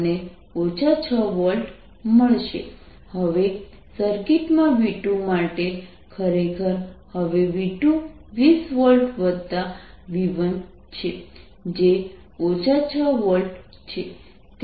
R→∞ પર V1 6010 6V હવે સર્કિટમાં V2 માટે ખરેખર હવે V2 20 વોલ્ટ V1 છે જે 6 વોલ્ટ છે